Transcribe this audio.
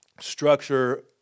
structure